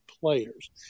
players